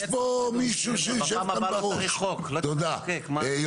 לפעם הבאה לא צריך חוק, לא צריך לחוקק.